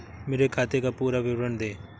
मेरे खाते का पुरा विवरण दे?